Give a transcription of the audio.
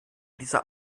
dieser